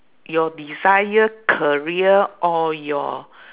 your desire career or your